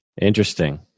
Interesting